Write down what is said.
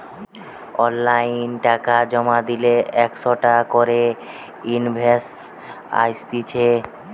online টাকা জমা দিলে একটা করে ইনভয়েস আসতিছে